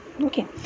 okay